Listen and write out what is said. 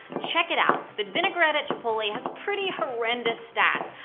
check it out the vinaigrette at chipotle has pretty horrendous stats,